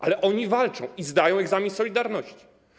Ale oni walczą i zdają egzamin z solidarności.